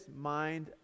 mind